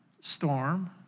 storm